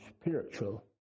spiritual